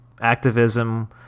activism